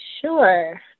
Sure